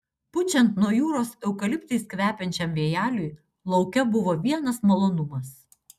pučiant nuo jūros eukaliptais kvepiančiam vėjeliui lauke buvo vienas malonumas